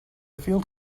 field